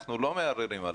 אנחנו לא מערערים על